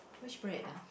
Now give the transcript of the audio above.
which bread ah